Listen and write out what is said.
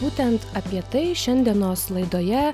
būtent apie tai šiandienos laidoje